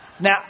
Now